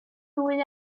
dwy